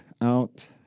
out